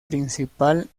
principal